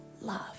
love